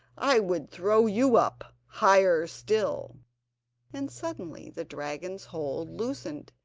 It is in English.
i would throw you up higher still and suddenly the dragon's hold loosened,